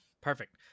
perfect